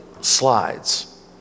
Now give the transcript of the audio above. slides